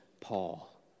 Paul